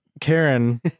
Karen